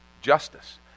justice